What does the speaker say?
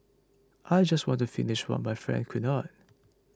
I just want to finish what my friends could not